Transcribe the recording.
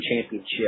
championship